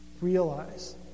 realize